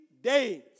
days